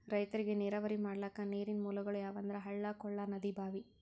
ರೈತರಿಗ್ ನೀರಾವರಿ ಮಾಡ್ಲಕ್ಕ ನೀರಿನ್ ಮೂಲಗೊಳ್ ಯಾವಂದ್ರ ಹಳ್ಳ ಕೊಳ್ಳ ನದಿ ಭಾಂವಿ